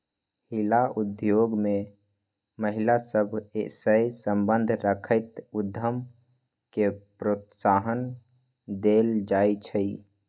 हिला उद्योग में महिला सभ सए संबंध रखैत उद्यम के प्रोत्साहन देल जाइ छइ